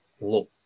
look